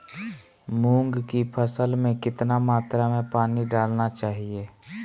मूंग की फसल में कितना मात्रा में पानी डालना चाहिए?